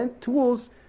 tools